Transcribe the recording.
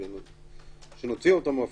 כפי שגמזו אמר